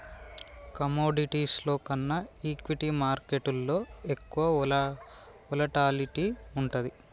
కమోడిటీస్లో కన్నా ఈక్విటీ మార్కెట్టులో ఎక్కువ వోలటాలిటీ వుంటది